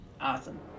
awesome